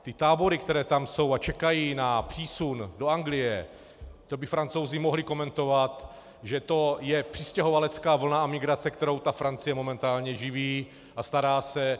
Ty tábory, které tam jsou a čekají na přísun do Anglie, to by Francouzi mohli komentovat, že to je přistěhovalecká vlna a migrace, kterou ta Francie momentálně živí a stará se.